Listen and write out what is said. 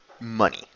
money